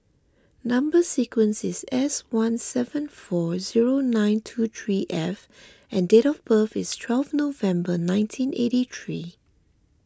Number Sequence is S one seven four zero nine two three F and date of birth is twelve November nineteen eighty three